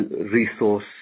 resource